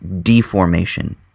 deformation